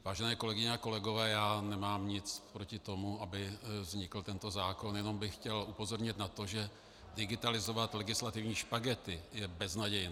Vážené kolegyně a kolegové, já nemám nic proti tomu, aby vznikl tento zákon, jenom bych chtěl upozornit na to, že digitalizovat legislativní špagety je beznadějné.